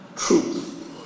truth